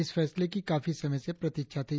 इस फैसले की काफी समय से प्रतीक्षा थी